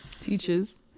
teachers